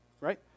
right